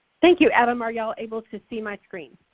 thank you, adam. are ya'll able to see my screen?